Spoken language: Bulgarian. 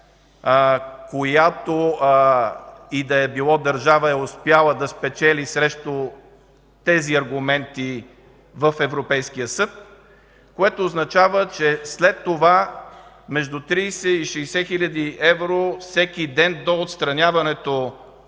която и да е било държава да спечели срещу тези аргументи в Европейския съд, което означава, че след това между 30 и 60 хил. евро всеки ден до отстраняването